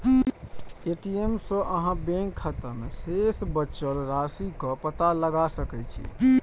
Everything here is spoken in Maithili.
ए.टी.एम सं अहां बैंक खाता मे शेष बचल राशिक पता लगा सकै छी